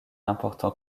important